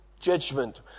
judgment